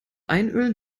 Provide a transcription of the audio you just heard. einölen